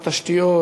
בתשתיות,